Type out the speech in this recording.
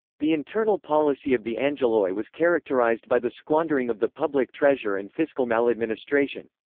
the internal policy of the angeloi was characterised by the squandering of the public treasure and fiscal maladministration.